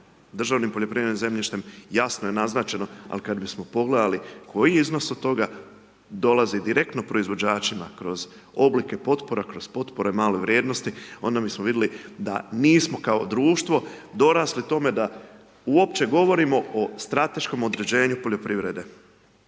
državnim poljoprivrednim zemljištem, jasno je naznačen, ali kada bismo pogledali, koji iznos od toga, donosi direktno proizvođačima, kroz oblike potpora, kroz potpore male vrijednosti, onda bismo vidli da nismo kao društvo, dorasli tome, da uopće govorimo o strateškom određenju poljoprivrede.